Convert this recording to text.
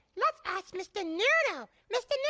let's ask mr. noodle. mr.